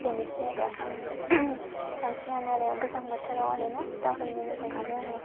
बेनोसै आरो आं बांसिनानो आरो गोजां बोथोराव आरो ना दावबायनो मोजां मोनो आङो